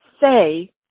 say